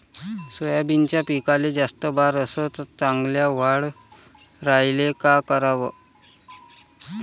सोयाबीनच्या पिकाले जास्त बार अस चांगल्या वाढ यायले का कराव?